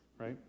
right